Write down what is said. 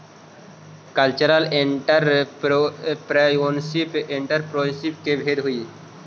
cultural entrepreneurship entrepreneurship के एक भेद हई